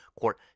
Court